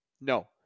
No